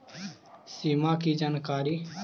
सिमा कि जानकारी?